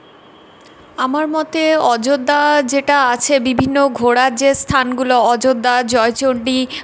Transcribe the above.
আমার মতে অযোধ্যা যেটা আছে বিভিন্ন ঘোরার যে স্থানগুলো অযোধ্যা জয়চন্ডী